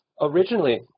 originally